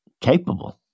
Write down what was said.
capable